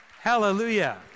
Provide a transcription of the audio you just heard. Hallelujah